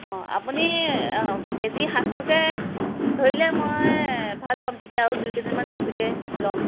আপুনি কেজি সাতশকে ধৰিলে মই ভাল পাম তেতিয়া আৰু দুই কেজিমান বেছিকৈ ল'ম